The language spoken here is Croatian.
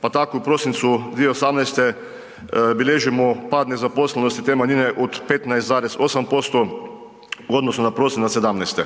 pa tako u prosincu 2018. bilježimo pad nezaposlenosti te manjine od 15,8% u odnosu na prosinac '17.